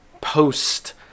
post